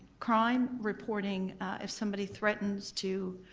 crime, reporting if somebody threatens to